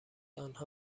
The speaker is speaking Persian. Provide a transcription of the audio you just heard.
آنها